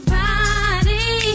body